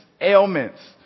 ailments